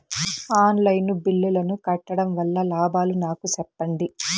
On line బిల్లుల ను కట్టడం వల్ల లాభాలు నాకు సెప్పండి?